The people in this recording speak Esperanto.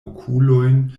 okulojn